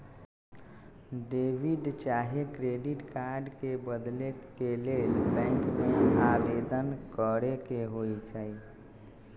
debit चाहे credit card के बदले के लेल बैंक में आवेदन करेके होइ छइ